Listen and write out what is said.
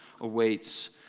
awaits